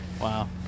wow